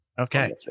Okay